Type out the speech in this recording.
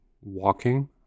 walking